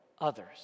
others